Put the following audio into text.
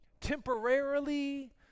temporarily